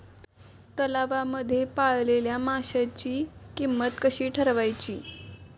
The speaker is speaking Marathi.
तलावांमध्ये पाळलेल्या माशांची किंमत कशी ठरवायची?